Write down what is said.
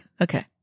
Okay